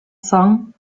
song